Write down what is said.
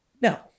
No